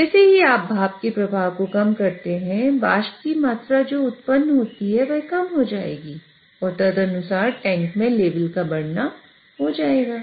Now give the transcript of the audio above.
जैसे ही आप भाप के प्रवाह को कम करते हैं वाष्प की मात्रा जो उत्पन्न होती है वह कम हो जाएगी और तदनुसार टैंक में लेवल का बढ़ना हो जाएगा